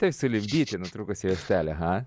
taip sulipdyti nutrūkusią juostelę ha